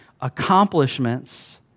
accomplishments